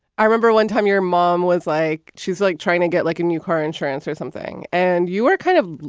i remember one time your mom was like, she's like trying to get like a new car insurance or something. and you were kind of.